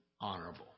honorable